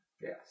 Yes